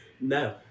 No